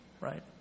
right